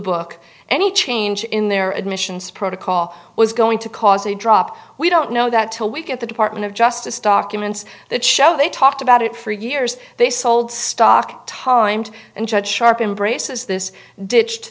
book any change in their admissions protocol was going to cause a drop we don't know that till we get the department of justice documents that show they talked about it for years they sold stock timed and sharp embraces this ditched